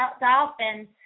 dolphins